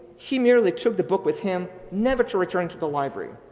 he merely took the book with him never to return to the library,